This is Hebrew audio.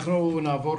אנחנו נעבור